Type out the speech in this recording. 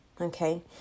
Okay